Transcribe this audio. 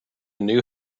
new